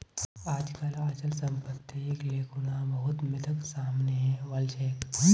आजकल अचल सम्पत्तिक ले खुना बहुत मिथक सामने वल छेक